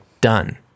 done